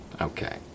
Okay